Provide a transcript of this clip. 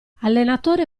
allenatore